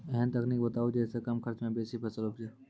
ऐहन तकनीक बताऊ जै सऽ कम खर्च मे बेसी फसल उपजे?